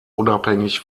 unabhängig